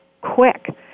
quick